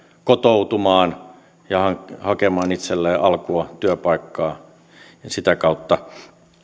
kotoutumaan ja hakemaan itselleen alkua työpaikkaa sitä kautta